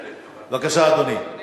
אדוני, בבקשה.